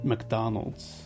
McDonald's